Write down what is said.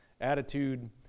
attitude